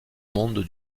monde